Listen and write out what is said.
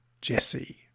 Jesse